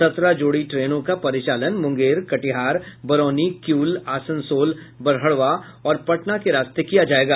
सत्रह जोड़ी ट्रेनों का परिचालन मुंगेर कटिहार बरौनी किऊल आसनसोल बड़हरवा और पटना के रास्ते किया जायेगा